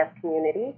community